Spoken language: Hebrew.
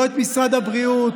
לא את משרד הבריאות,